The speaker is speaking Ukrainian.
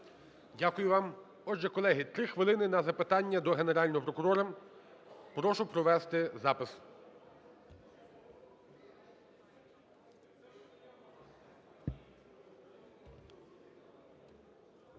Дякую вам. Отже, колеги, 3 хвилини на запитання до Генерального прокурора. Прошу провести запис.